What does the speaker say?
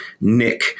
nick